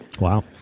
Wow